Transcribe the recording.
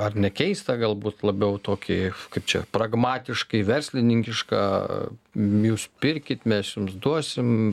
ar ne keistą galbūt labiau tokį kaip čia pragmatiškai verslininkišką jūs pirkit mes jums duosim